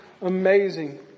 amazing